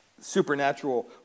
supernatural